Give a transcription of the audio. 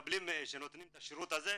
שנותנים את השירות הזה,